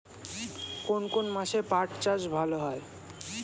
কোন কোন মাসে পাট চাষ ভালো হয়?